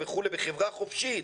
וחברה חופשית,